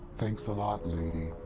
thanks a lot, lady.